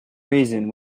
reason